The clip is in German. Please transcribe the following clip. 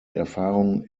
erfahrung